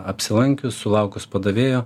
apsilankius sulaukus padavėjo